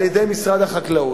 על-ידי משרד החקלאות.